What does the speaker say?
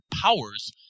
powers